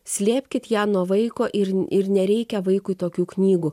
slėpkit ją nuo vaiko ir ir nereikia vaikui tokių knygų